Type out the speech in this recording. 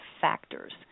factors